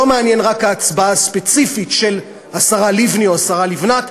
לא מעניינת רק ההצבעה הספציפית של השרה לבני או של השרה לבנת.